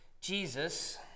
Jesus